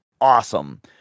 awesome